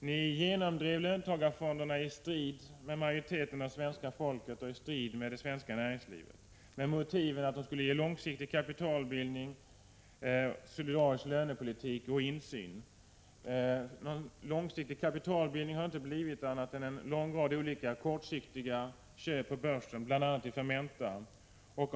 Ni genomdrev löntagarfonderna i strid med majoriteten av svenska folket och i strid med det svenska näringslivet med motiven att de skulle ge långsiktig kapitalbildning, solidarisk lönepolitik och insyn. Av långsiktig kapitalbildning har det inte blivit annat än en lång rad olika kortsiktiga köp på börsen, bl.a. av Fermentaaktier.